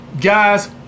Guys